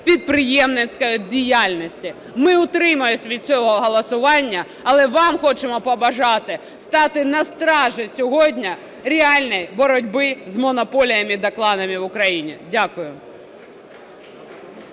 підприємницької діяльності. Ми утримаємося від цього голосування, але вам хочемо побажати стати на стражі сьогодні реальної боротьби з монополіями та кланами в Україні. Дякую.